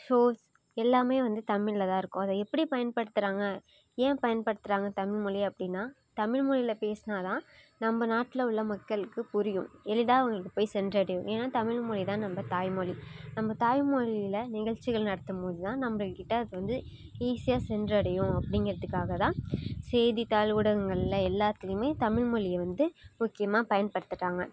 shows எல்லாமே வந்து தமிழில்தான் இருக்கும் அதை எப்படி பயன்படுத்துகிறாங்க ஏன் பயன்படுத்துகிறாங்க தமிழ் மொழியை அப்படினா தமிழ் மொழியில் பேசினாதான் நம்ம நாட்டில் உள்ள மக்களுக்கு புரியும் இதுதான் அவங்களுக்கு போய் சென்றடையும் ஏன்னால் தமிழ் மொழிதான் நம்ம தாய்மொழி நம்ம தாய்மொழில நிகழ்ச்சிகள் நடத்தும்போதுதான் நம்ம கிட்டே அது வந்து ஈஸியாக சென்றடையும் அப்படிங்கிறத்துக்காகதான் செய்தித்தாள் ஊடகங்களில் எல்லாத்துலேயுமே தமிழ் மொழிய வந்து முக்கியமாக பயன்படுத்துகிறாங்க